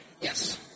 Yes